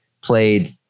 played